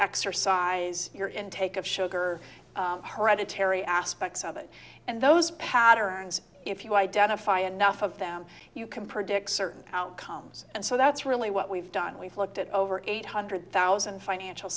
exercise your intake of sugar hereditary aspects of it and those patterns if you identify enough of them you can predict certain outcomes and so that's really what we've done we've looked at over eight hundred thousand financial